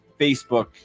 Facebook